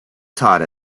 taught